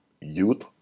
youth